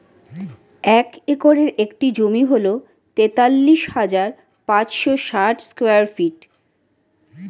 এক একরের একটি জমি হল তেতাল্লিশ হাজার পাঁচশ ষাট স্কয়ার ফিট